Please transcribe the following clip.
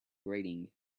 grating